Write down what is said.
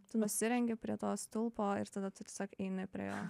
tu nusirengi prie to stulpo ir tada tu tiesiog eini prie jo